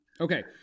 Okay